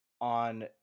on